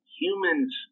humans